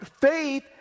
faith